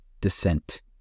descent